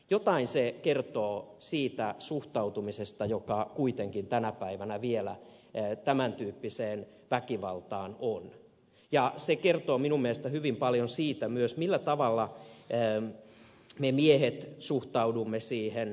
jotain se kertoo siitä suhtautumisesta joka kuitenkin tänä päivänä vielä tämän tyyppiseen väkivaltaan on ja se kertoo minun mielestäni hyvin paljon myös siitä millä tavalla me miehet suhtaudumme siihen